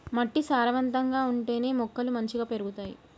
మట్టి సారవంతంగా ఉంటేనే మొక్కలు మంచిగ పెరుగుతాయి